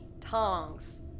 Tongs